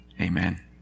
Amen